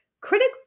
Critics